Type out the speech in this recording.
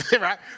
right